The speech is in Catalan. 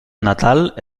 natal